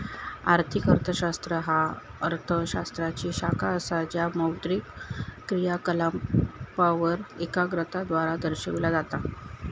आर्थिक अर्थशास्त्र ह्या अर्थ शास्त्राची शाखा असा ज्या मौद्रिक क्रियाकलापांवर एकाग्रता द्वारा दर्शविला जाता